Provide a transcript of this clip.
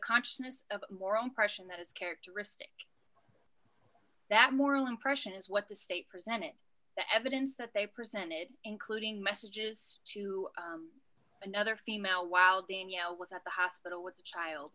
consciousness of moral impression that is characteristic that moral impression is what the state presented the evidence that they presented including messages to another female while being you know was at the hospital with the child